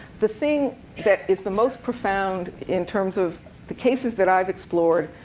the thing that is the most profound in terms of the cases that i've explored,